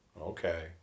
Okay